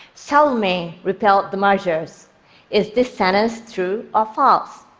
charlemagne repelled the magyars is this sentence true or false?